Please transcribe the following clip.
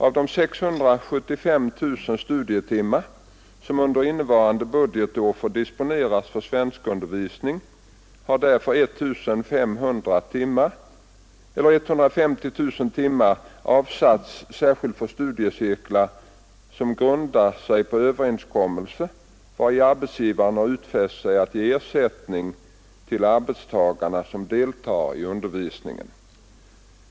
Av de 675 000 studietimmar som under innevarande budgetår får disponeras för svenskundervisningen har därför 150 000 timmar avsatts särskilt för studiecirklar som grundar sig på överenskommelser vari arbetsgivare har utfäst sig att ge ersättning till arbetstagare som deltar i undervisningen.